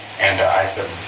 and i should